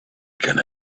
can